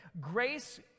Grace